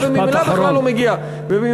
וממילא בכלל לא מגיע,